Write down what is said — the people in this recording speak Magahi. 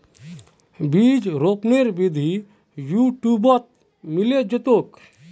बीज रोपनेर विधि यूट्यूबत मिले जैतोक